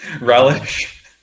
relish